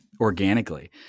organically